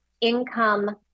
income